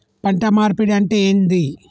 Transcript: పంట మార్పిడి అంటే ఏంది?